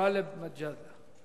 גאלב מג'אדלה.